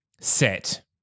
set